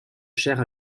chaire